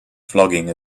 flogging